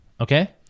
okay